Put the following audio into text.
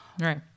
right